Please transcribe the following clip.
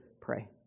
pray